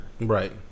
Right